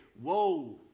Whoa